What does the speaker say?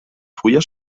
fulles